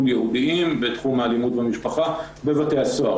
ייעודיים בתחום האלימות במשפחה בבתי הסוהר.